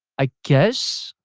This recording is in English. i guess.